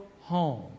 home